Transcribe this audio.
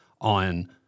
on